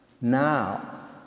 Now